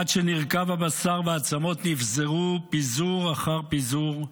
עד שנרקב הבשר והעצמות נפזרו פיזור אחר פיזור,